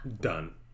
Done